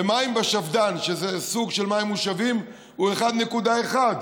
ומים בשפד"ן, שזה סוג של מים מושבים, הוא 1.1 שקל,